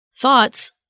Thoughts